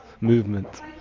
movement